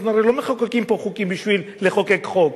אנחנו הרי לא מחוקקים פה חוקים בשביל לחוקק חוק,